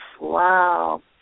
Wow